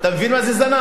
אתה מבין מה זה זנב?